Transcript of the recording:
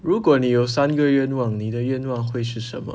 如果你有三个愿望你的愿望会是什么